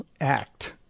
Act